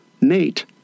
Nate